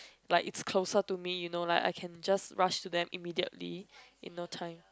like its closer to me you know like I can just rush to them immediately in no time